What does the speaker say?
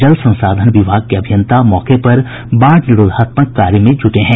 जल संसाधन विभाग के अभियंता मौके पर बाढ़ निरोधात्मक कार्य में जुटे हैं